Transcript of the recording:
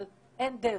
אבל אין דרך.